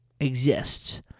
exists